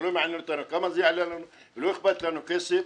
זה לא מעניין אותנו כמה זה יעלה לנו ולא אכפת לנו כסף.